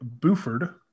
Buford